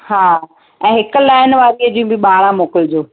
हा ऐं हिकु लाइन वारीअ जूं बि ॿारहं मोकिलिजो